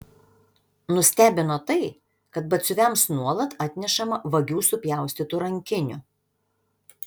nustebino tai kad batsiuviams nuolat atnešama vagių supjaustytų rankinių